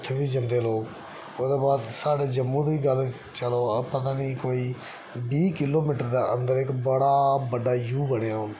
ऐ उत्थै बी जंदे लोग ओह्दे बाद साढ़े जम्मू दी गल्ल चलो पता नी कोई बीह् किलोमीटर दे अंदर इक्क बड़ा बड्डा जू बनेआ हून